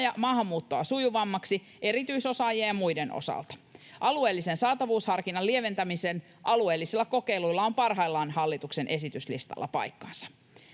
maahanmuuttoa sujuvammaksi erityisosaajien ja muiden osalta. Alueellisen saatavuusharkinnan lieventämisen alueellisilla kokeiluilla on parhaillaan hallituksen esityslistalla paikkansa.